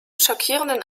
schockierenden